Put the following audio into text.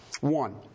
One